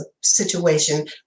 situation